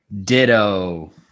ditto